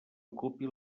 ocupi